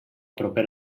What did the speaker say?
proper